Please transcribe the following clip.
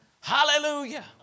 Hallelujah